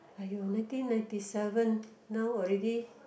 aiyo nineteen ninety seven now already